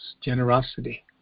generosity